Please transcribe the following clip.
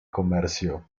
comercio